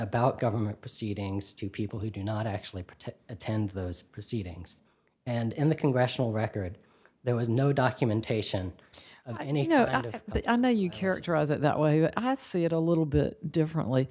about government proceedings to people who do not actually protect attend those proceedings and in the congressional record there was no documentation of any note out of but i know you characterize it that way i see it a little bit differently